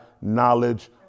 knowledge